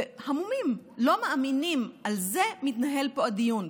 והמומים, לא מאמינים: על זה מתנהל פה הדיון?